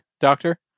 Doctor